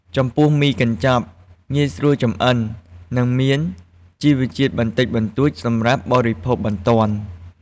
ចំពោះមីកញ្ចប់ ងាយស្រួលចម្អិន និងមានជីវជាតិបន្តិចបន្តួចសម្រាប់បរិភោគបន្ទាន់។